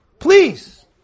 Please